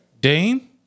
Dane